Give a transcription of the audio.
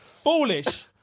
Foolish